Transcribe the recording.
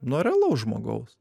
nuo realaus žmogaus